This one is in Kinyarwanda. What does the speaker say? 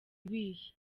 ibihe